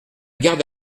garde